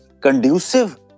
conducive